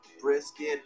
brisket